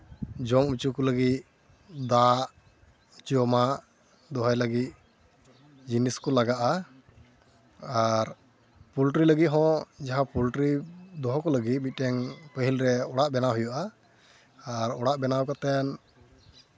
ᱡᱚᱢ ᱦᱚᱪᱚ ᱠᱚ ᱞᱟᱹᱜᱤᱫ ᱫᱟᱜ ᱡᱚᱢᱟᱜ ᱫᱚᱦᱚᱭ ᱞᱟᱹᱜᱤᱫ ᱡᱤᱱᱤᱥ ᱠᱚ ᱞᱟᱜᱟᱜᱼᱟ ᱟᱨ ᱯᱳᱞᱴᱨᱤ ᱞᱟᱹᱜᱤᱫ ᱦᱚᱸ ᱡᱟᱦᱟᱸ ᱯᱳᱞᱴᱨᱤ ᱫᱚᱦᱚ ᱠᱚ ᱞᱟᱹᱜᱤᱫ ᱢᱤᱫᱴᱮᱱ ᱯᱟᱹᱦᱤᱞᱨᱮ ᱚᱲᱟᱜ ᱵᱮᱱᱟᱣ ᱦᱩᱭᱩᱜᱼᱟ ᱟᱨ ᱚᱲᱟᱜ ᱵᱮᱱᱟᱣ ᱠᱟᱛᱮᱫ